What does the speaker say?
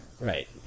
Right